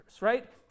right